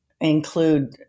include